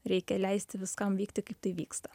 reikia leisti viskam vykti kaip tai vyksta